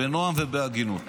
בנועם ובהגינות.